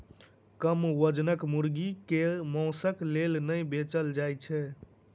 कम वजनक मुर्गी के मौंसक लेल नै बेचल जाइत छै